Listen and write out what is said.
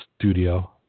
studio